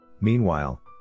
Meanwhile